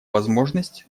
возможность